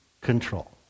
control